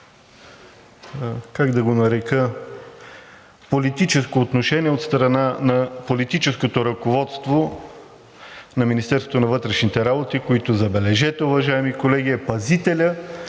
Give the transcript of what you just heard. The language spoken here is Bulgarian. как да го нарека, политическо отношение от страна на политическото ръководство на Министерството на вътрешните работи, което, забележете, уважаеми колеги, е пазителят